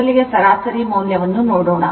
ಮೊದಲಿಗೆ ಸರಾಸರಿ ಮೌಲ್ಯವನ್ನು ನೋಡೋಣ